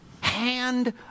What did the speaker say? hand